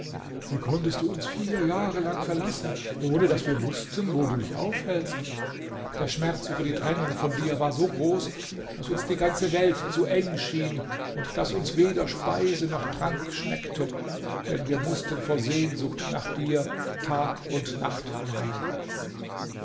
wie konntest du uns vier jahre lang verlassen ohne daß wir wußten wo du dich aufhältst der schmerz über die trennung von dir war so groß daß uns die ganze welt zu eng schien und daß uns weder speise noch trank schmeckte denn wir mußten vor sehnsucht nach dir tag und nacht weinen